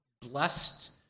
blessed